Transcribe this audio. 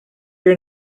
your